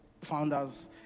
founders